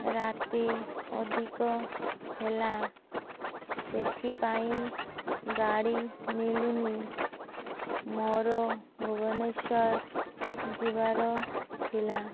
ରାତି ଅଧିକ ହେଲା ସେଥିପାଇଁ ଗାଡ଼ି ମିଲୁନି ମୋର ଭୁବନେଶ୍ୱର ଯିବାର ଥିଲା